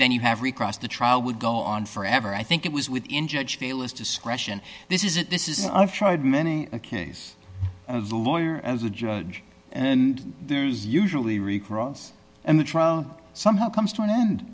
then you have recrossed the trial would go on forever i think it was within judge bayless discretion this is it this is tried many a case of the lawyer as a judge and there's usually recross and the trial somehow comes to an end